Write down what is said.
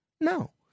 No